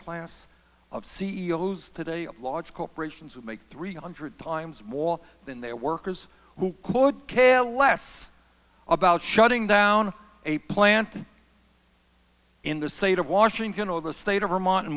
class of c e o's today at large corporations who make three hundred times more than their workers who care less about shutting down a plant in the state of washington or the state of vermont and